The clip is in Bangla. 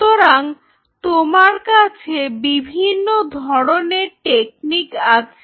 সুতরাং তোমার কাছে বিভিন্ন ধরনের টেকনিক রয়েছে